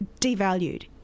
devalued